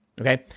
okay